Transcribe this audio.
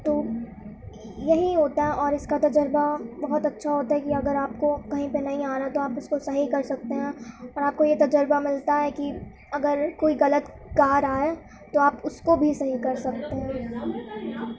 تو یہی ہوتا ہے اور اس کا تجربہ بہت اچھا ہوتا ہے کہ اگر آپ کو کہیں پہ نہیں آرہا ہے تو آپ اس کو صحیح کر سکتے ہیں اور آپ کو یہ تجربہ ملتا ہے کہ اگر کوئی غلط گا رہا ہے تو آپ اس کو بھی صحیح کر سکتے ہیں